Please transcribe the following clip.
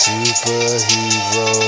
Superhero